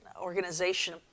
organization